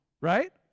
right